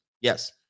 Yes